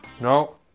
No